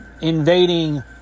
invading